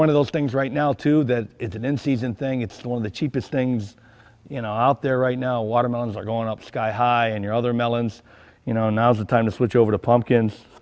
one of those things right now too that isn't in season thing it's still in the cheapest things you know out there right now watermelons are going up sky high and your other melons you know now's the time to switch over to pumpkin